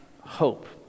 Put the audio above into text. hope